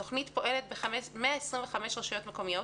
התוכנית פועלת ב-125 רשויות מקומיות.